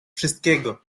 wszystkiego